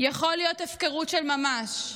יכול להיות הפקרות של ממש.